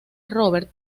robert